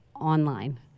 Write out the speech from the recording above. online